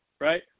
right